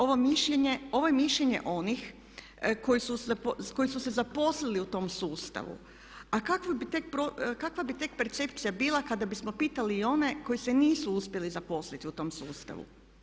Ovo je mišljenje onih koji su se zaposlili u tom sustavu, a kakva bi tek percepcija bila kada bismo pitali i one koji se nisu uspjeli zaposliti u tom sustavu.